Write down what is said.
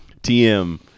TM